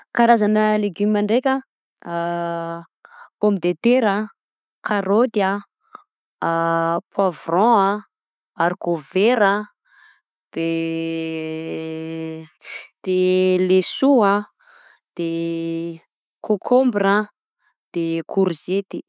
Karazana legume ndraika: pomme de terre a, caroty a, poivron a, haricot vert a, de de lesoa, de cocombre a, de kôrzety.